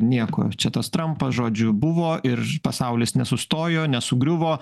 nieko čia tas trampas žodžiu buvo ir pasaulis nesustojo nesugriuvo